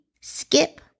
skip